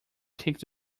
takes